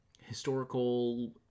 historical